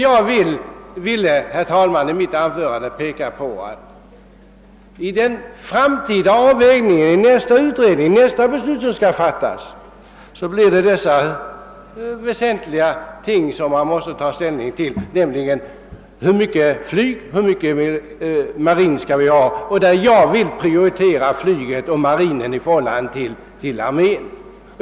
Jag ville, herr talman, i mitt anförande fästa uppmärksamheten på att man i nästa utredning och vid nästa beslut måste ta ställning till de väsentliga frågorna om hur stor omfattning flyget skall ha och vilken omfattning marinen skall ha. Jag vill prioritera flyget och marinen i förhållande till armén.